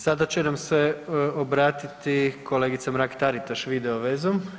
Sada će nam se obratiti kolegice Mrak-Taritaš videovezom.